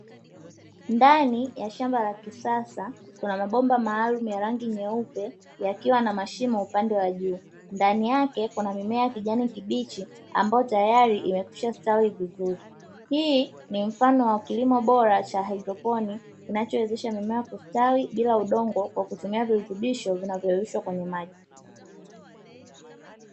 Ndani ya shamba la kisasa kuna mabomba maalumu ya rangi nyeupe yakiwa na mashimo upande wa juu, ndani yake kuna mimea ya kijani kibichi ambayo tayari imekwisha stawi vizuri. Hii ni mfano wa kilimo bora cha haidroponi kinachowezesha mimea kustawi bila udongo, kwa kutumia virutubisho vinavyoyeyushwa kwenye maji.